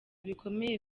bikomeye